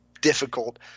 difficult